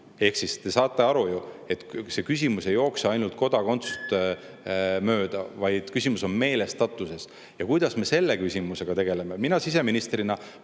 Ehk siis te saate aru, et see küsimus ei jookse ainult kodakondsust mööda, vaid küsimus on meelestatuses. Kuidas me selle küsimusega tegeleme? Mina siseministrina